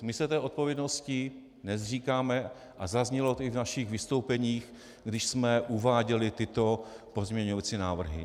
My se té odpovědnosti nezříkáme a zaznělo to i v našich vystoupeních, když jsme uváděli tyto pozměňovací návrhy.